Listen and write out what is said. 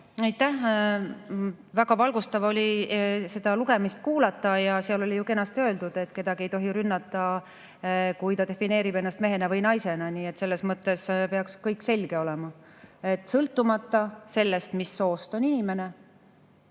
Aitäh! Väga valgustav oli seda lugemist kuulata. Seal oli ju kenasti öeldud, et kedagi ei tohi rünnata, kui ta defineerib ennast mehe või naisena. Selles mõttes peaks kõik selge olema. Sõltumata sellest, mis soost on inimene,